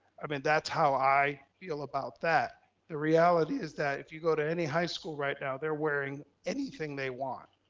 i mean, that's how i feel about that. the reality is that if you go to any high school right now, they're wearing anything they want,